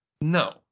No